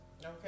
Okay